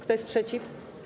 Kto jest przeciw?